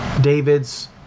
David's